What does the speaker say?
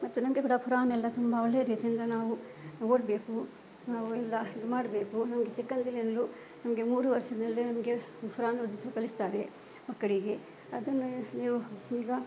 ಮತ್ತು ನನಗೆ ಕೂಡ ಕುರಾನೆಲ್ಲ ತುಂಬ ಒಳ್ಳೆ ರೀತಿಯಿಂದ ನಾವು ಓದಬೇಕು ನಾವು ಎಲ್ಲ ಇದು ಮಾಡಬೇಕು ನನಗೆ ಚಿಕ್ಕಂದಿನಿಂದಲೂ ನನಗೆ ಮೂರು ವರ್ಷದಲ್ಲೇ ನನಗೆ ಕುರಾನ್ ಓದಿಸಿ ಕಲಿಸ್ತಾರೆ ಮಕ್ಕಳಿಗೆ ಅದನ್ನು ನೀವು ಈಗ